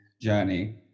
journey